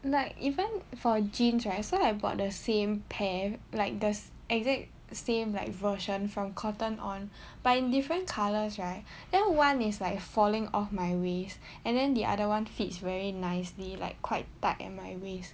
like even for jeans right so I bought the same pair like this exact same like version from Cotton On but in different colours right then one is like falling off my waist and then the other one fits very nicely like quite tight on my waist